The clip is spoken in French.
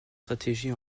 stratégie